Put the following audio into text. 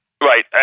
Right